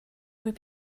would